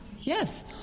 Yes